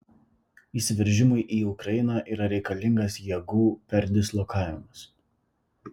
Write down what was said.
įsiveržimui į ukrainą yra reikalingas jėgų perdislokavimas